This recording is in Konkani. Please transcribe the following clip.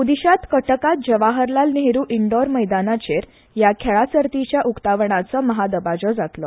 ओडिशांत कटकांत जवाहरलाल नेहरू इंडोर मैदानाचेर ह्या खेळां सर्तीच्या उक्तावणाचो महादबाजो जातलो